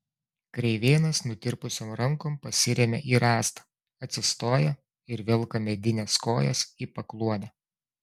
kreivėnas nutirpusiom rankom pasiremia į rąstą atsistoja ir velka medines kojas į pakluonę